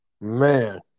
Man